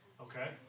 Okay